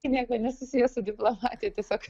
tai niekaip nesusiję su diplomatija tiesiog